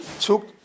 took